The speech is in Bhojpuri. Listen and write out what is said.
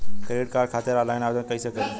क्रेडिट कार्ड खातिर आनलाइन आवेदन कइसे करि?